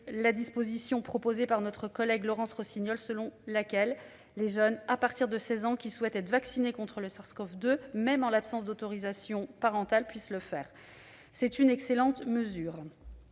la disposition proposée par notre collègue Laurence Rossignol, selon laquelle les jeunes à partir de 16 ans qui souhaitent être vaccinés contre le SARS-CoV-2, même en l'absence d'autorisation parentale, puissent le faire. C'est une excellente mesure.